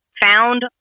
found